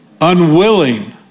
unwilling